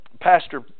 pastor